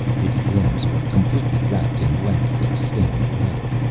his limbs were completely wrapped in lengths of stained leather,